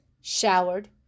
showered